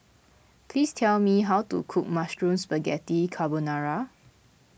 please tell me how to cook Mushroom Spaghetti Carbonara